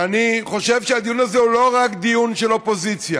ואני חושב שהדיון הזה הוא לא רק דיון של אופוזיציה,